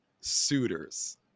Suitors